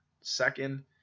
Second